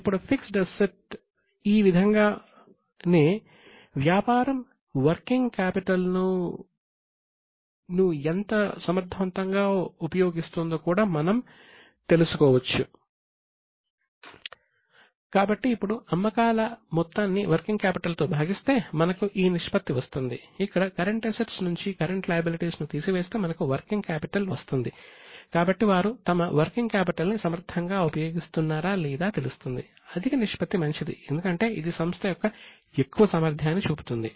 ఇప్పుడు fixed అసెట్స్ని సమర్థవంతంగా ఉపయోగిస్తున్నారా లేదా తెలుస్తుంది అధిక నిష్పత్తి మంచిది ఎందుకంటే ఇది సంస్థ యొక్క ఎక్కువ సామర్థ్యాన్ని చూపుతుంది